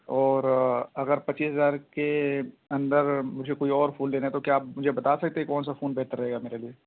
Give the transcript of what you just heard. اور اگر پچیس ہزار کے اندر مجھے کوئی اور فون لینا ہے تو کیا آپ مجھے بتا سکتے کہ کون سا فون بہتر رہے گا میرے لیے